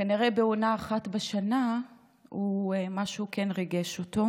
כנראה בעונה אחת בשנה משהו כן ריגש אותו.